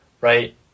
right